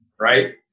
right